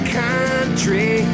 country